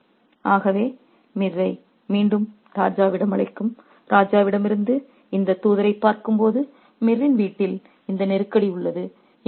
refer slide time 1914 ஆகவே மீரை மீண்டும் ராஜாவிடம் அழைக்கும் ராஜாவிடமிருந்து இந்த தூதரைப் பார்க்கும்போது மீரின் வீட்டில் இந்த நெருக்கடி உள்ளது